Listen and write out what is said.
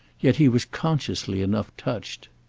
yet he was consciously enough touched.